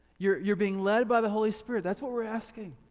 you're you're being led by the holy spirit. that's what we're asking.